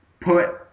put